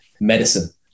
medicine